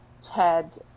Ted